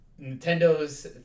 Nintendo's